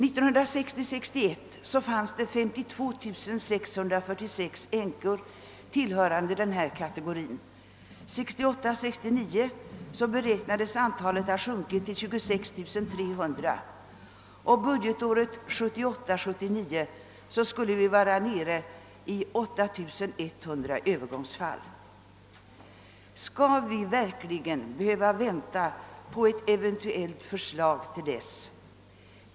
Budgetåret 1960 69 beräknades antalet ha sjunkit till 26 300 och budgetåret 1978/79 skulle antalet övergångsfall vara nere i 8 100. Skall vi verkligen behöva vänta på ett eventuellt förslag till dess?